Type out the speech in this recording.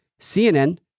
CNN